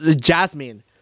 Jasmine